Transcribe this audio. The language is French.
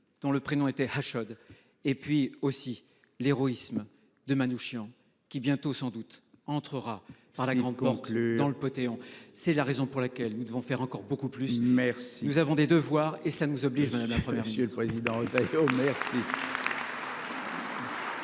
dont le prénom était à chaudes et puis aussi l'héroïsme de Manouchian qui bientôt sans doute entrera dans la encore que le dans le côté on. C'est la raison pour laquelle nous devons faire encore beaucoup plus. Merci. Nous avons des devoirs et cela nous oblige madame, la Première. Monsieur